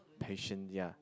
patience ya